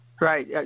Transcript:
Right